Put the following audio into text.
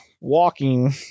walking